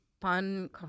pan